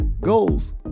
goals